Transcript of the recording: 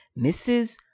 Mrs